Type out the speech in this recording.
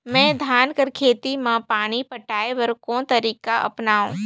मैं धान कर खेती म पानी पटाय बर कोन तरीका अपनावो?